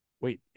wait